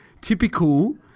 typical